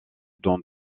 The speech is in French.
dans